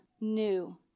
new